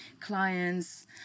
clients